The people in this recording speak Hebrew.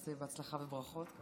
אז בהצלחה וברכות.